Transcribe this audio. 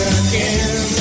again